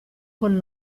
con